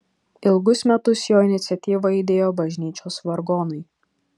ilgus metus jo iniciatyva aidėjo bažnyčios vargonai